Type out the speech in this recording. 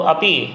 Api